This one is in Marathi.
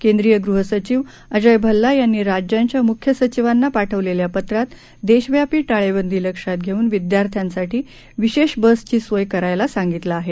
केंद्रीय गृहसचिव अजय भल्ला यांनी राज्यांच्या मुख्य सचिवांना पाठवलेल्या पत्रात देशव्यापी टाळेबंदी लक्षात घेऊन विद्यार्थ्यांसाठी विशेष बसची सोय करायला सांगितलं आहे